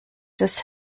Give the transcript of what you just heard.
des